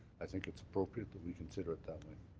i think it's appropriate that be consider it that which.